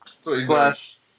Slash